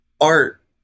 art